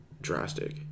drastic